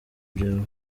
byawe